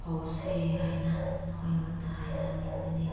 ꯍꯧꯁꯦ ꯍꯥꯏꯅ ꯅꯈꯣꯏꯉꯣꯟꯗ ꯍꯥꯏꯖꯅꯤꯡꯕꯅꯤ